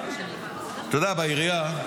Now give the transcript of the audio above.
אתה יודע, בעירייה,